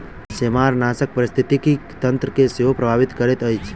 सेमारनाशक पारिस्थितिकी तंत्र के सेहो प्रभावित करैत अछि